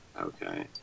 Okay